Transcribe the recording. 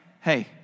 hey